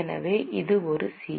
எனவே இது ஒரு சி